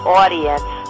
audience